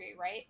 right